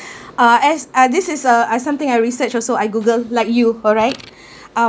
uh as uh this is a a something I research also I google like you alright uh